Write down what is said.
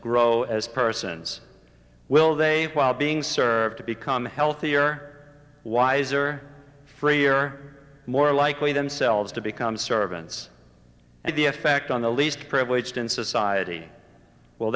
grow as persons will they while being served to become healthier wiser freer more likely themselves to become servants and the effect on the least privileged in society will